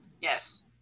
yes